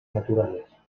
naturales